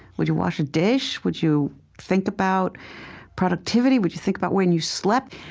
would you wash a dish? would you think about productivity? would you think about when you slept?